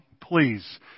please